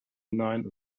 hinein